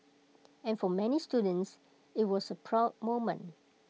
and for many students IT was A proud moment